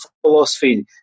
philosophy